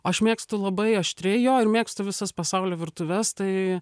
aš mėgstu labai aštriai jo ir mėgstu visas pasaulio virtuves tai